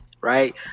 right